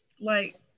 like-